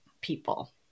people